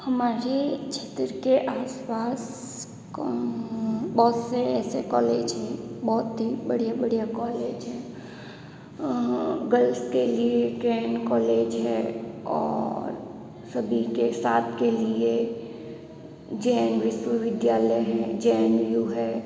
हमारी क्षेत्र के आस पास बहुत से ऐसे कॉलेज हैं बहुत ही बढ़िया बढ़िया कॉलेज हैं गर्ल्स के लिए ट्रेन कॉलेज है और सभी के साथ के लिए जे एन विश्वविद्यालय है जे एन यु है